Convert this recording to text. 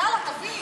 יאללה תביא.